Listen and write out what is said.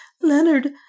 Leonard